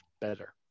better